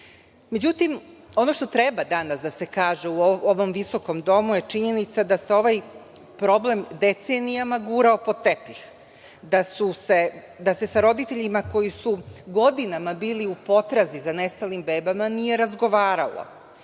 rešenje.Međutim, ono što treba danas da se kaže u ovom visokom domu je činjenica da se ovaj problem decenijama gurao pod tepih, da se sa roditeljima koji su godinama bili u potrazi za nestalim bebama nije razgovaralo,